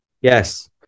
yes